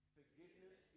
forgiveness